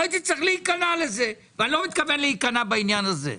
לא הייתי צריך להיכנע לזה ואני לא מתכוון להיכנע בעניין הזה.